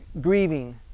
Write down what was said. grieving